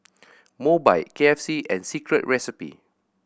Mobike K F C and Secret Recipe